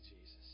Jesus